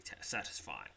satisfying